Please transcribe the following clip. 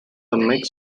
mix